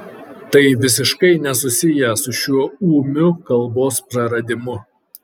tai visiškai nesusiję su šiuo ūmiu kalbos praradimu